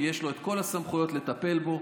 כי יש לו כל הסמכויות לטפל בו,